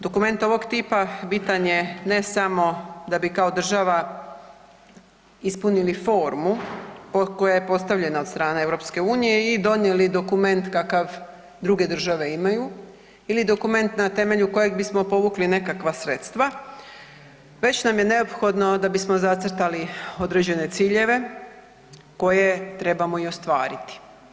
Dokumente ovog tipa bitan je ne samo da bi kao država ispunili formu koja je postavljenja od strane EU i donijeli dokument kakav druge države imaju ili dokument na temelju kojeg bismo povukli nekakva sredstva već nam je neophodno da bismo zacrtali određene ciljeve koje trebamo i ostvariti.